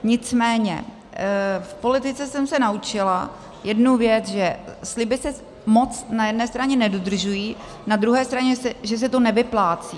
Nicméně v politice jsem se naučila jednu věc, že sliby se moc na jedné straně nedodržují, na druhé straně že se to nevyplácí.